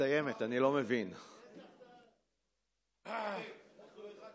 התאמן על הדרבוקות לפני שהוא הרביץ